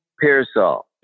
Pearsall